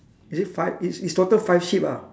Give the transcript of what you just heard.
is it five is is total five sheep ah